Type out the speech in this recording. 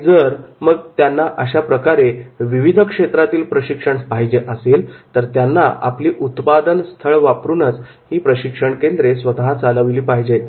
आणि जर मग त्यांना अशाप्रकारे विविध क्षेत्रातील प्रशिक्षण पाहिजे असेल तर त्यांना आपली उत्पादन स्थळ वापरूनच ही प्रशिक्षण केंद्रे स्वतःच चालविली पाहिजेत